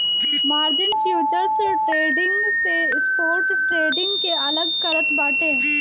margin futures trading से spot trading के अलग करत बाटे